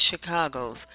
Chicago's